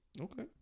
Okay